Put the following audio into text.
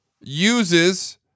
uses